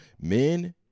men